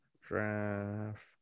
Draft